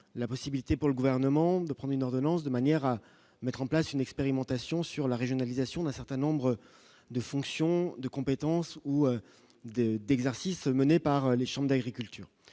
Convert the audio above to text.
la possibilité pour le gouvernement de prendre une ordonnance de manière à mettre en place une expérimentation sur la régionalisation, d'un certain nombre de fonctions de compétences ou des exercices menés par les Chambres d'agriculture